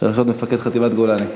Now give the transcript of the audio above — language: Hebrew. הולך להיות מפקד חטיבת גולני.